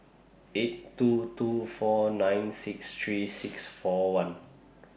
eight two two four nine six three six four one